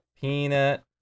Peanut